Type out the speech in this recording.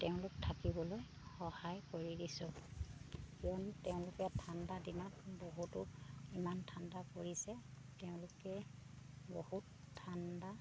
তেওঁলোক থাকিবলৈ সহায় কৰি দিছোঁ কোন তেওঁলোকে ঠাণ্ডা দিনত বহুতো ইমান ঠাণ্ডা পৰিছে তেওঁলোকে বহুত ঠাণ্ডা